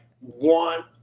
want